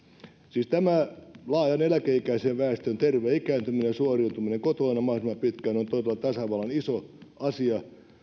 siis tämä laajan eläkeikäisen väestön terve ikääntyminen ja suoriutuminen kotona mahdollisimman pitkää on todella tasavallan iso asia